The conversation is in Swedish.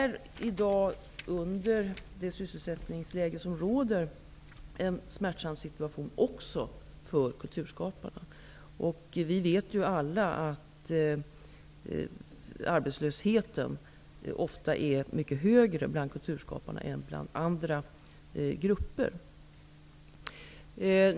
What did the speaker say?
I det sysselsättningsläge som råder är situationen smärtsam också för kulturskaparna. Vi vet alla att arbetslösheten ofta är mycket högre bland kulturskaparna än bland andra grupper.